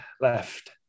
left